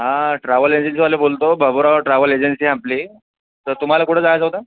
हा ट्रॅव्हल एजन्सीवाले बोलतो बाबुराव ट्रॅव्हल एजन्सी आहे आपली तर तुम्हाला कुठे जायचं होतं